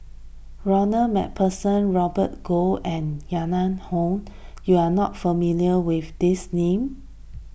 Ronald MacPherson Robert Goh and Yahya Cohen you are not familiar with these names